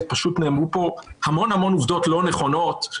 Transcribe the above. פשוט נאמרו פה המון עובדות לא נכונות.